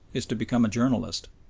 is to become a journalist,